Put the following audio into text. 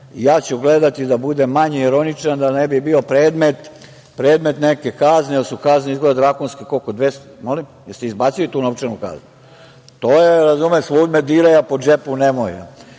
ja ću gledati da budem manje ironičan da ne bi bio predmet neke kazne, jer su kazne izgleda drakonske. Molim, jeste li izbacili tu novčanu kaznu? To je, razumete, svud me diraj, a po džepu nemoj.